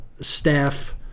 staff